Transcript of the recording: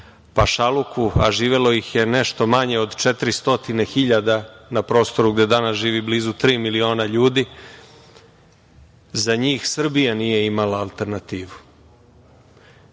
pašaluku, a živelo ih je nešto manje od 400.000 na prostoru gde danas živi blizu tri miliona ljudi, za njih Srbija nije imala alternativu.